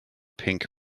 pink